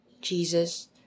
Jesus